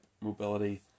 mobility